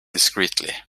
discreetly